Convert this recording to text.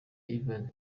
ivan